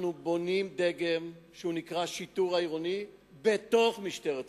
אנחנו בונים דגם שנקרא "שיטור עירוני" בתוך משטרת ישראל.